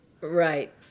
right